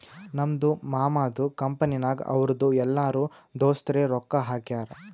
ನಮ್ದು ಮಾಮದು ಕಂಪನಿನಾಗ್ ಅವ್ರದು ಎಲ್ಲರೂ ದೋಸ್ತರೆ ರೊಕ್ಕಾ ಹಾಕ್ಯಾರ್